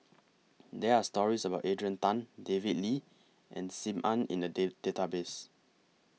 There Are stories about Adrian Tan David Lee and SIM Ann in The Database